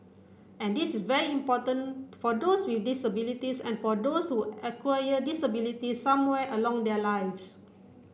and this is very important for those with disabilities and for those who acquire disabilities somewhere along their lives